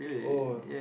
oh